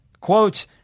quote